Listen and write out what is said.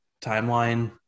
timeline